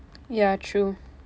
ya true